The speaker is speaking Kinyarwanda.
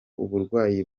uburwayi